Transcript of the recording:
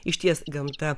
išties gamta